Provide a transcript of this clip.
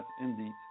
indeed